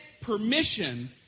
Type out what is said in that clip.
permission